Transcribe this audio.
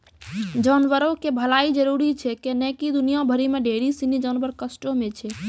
जानवरो के भलाइ जरुरी छै कैहने कि दुनिया भरि मे ढेरी सिनी जानवर कष्टो मे छै